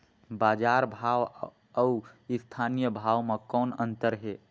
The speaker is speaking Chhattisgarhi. बजार भाव अउ स्थानीय भाव म कौन अन्तर हे?